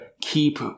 keep